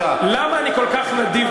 למה אני כל כך נדיב,